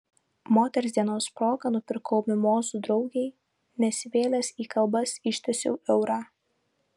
moters dienos proga nupirkau mimozų draugei nesivėlęs į kalbas ištiesiau eurą